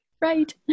Right